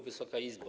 Wysoka Izbo!